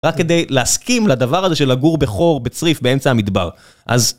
רק כדי להסכים לדבר הזה של לגור בחור, בצריף, באמצע המדבר, אז...